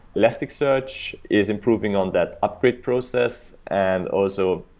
elasticsearch is improving on that upgrade process. and also,